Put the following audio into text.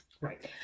right